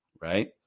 right